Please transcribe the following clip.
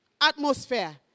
atmosphere